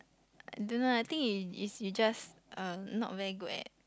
don't know I think is is you just uh not very good at